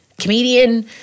comedian